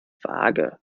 vage